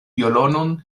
violonon